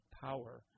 power